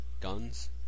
Guns